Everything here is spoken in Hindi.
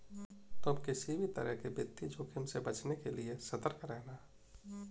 तुम किसी भी तरह के वित्तीय जोखिम से बचने के लिए सतर्क रहना